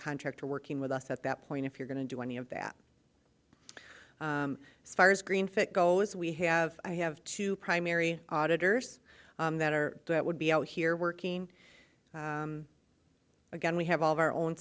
contractor working with us at that point if you're going to do any of that as far as green fit goes we have i have two primary auditors that are that would be out here working again we have all of our own